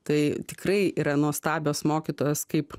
tai tikrai yra nuostabios mokytojos kaip